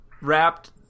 wrapped